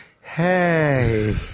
Hey